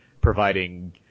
providing